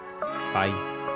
Bye